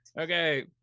Okay